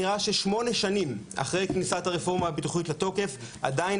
נראה ששמונה שנים אחרי כניסת הרפורמה הביטוחית לתוקף עדיין